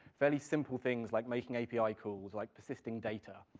fairly simple things like making api calls, like persisting data,